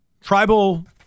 tribal